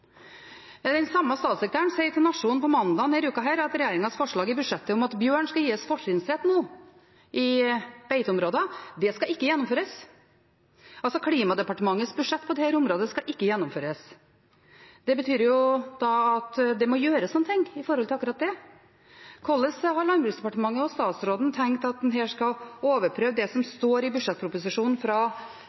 Den samme statssekretæren sa til Nationen på mandag denne uka at regjeringens forslag i budsjettet om at bjørn nå skal gis fortrinnsrett i beiteområder, ikke skal gjennomføres. Altså: Klimadepartementets budsjett på dette området skal ikke gjennomføres. Det betyr jo at det må gjøres noe når det gjelder akkurat det. Hvordan har Landbruksdepartementet og statsråden tenkt at en her skal overprøve det som står i budsjettproposisjonen fra